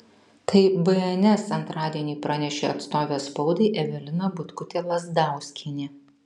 tai bns antradienį pranešė atstovė spaudai evelina butkutė lazdauskienė